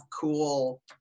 cool